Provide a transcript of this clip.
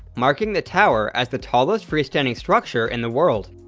marking the tower as the tallest free-standing structure in the world.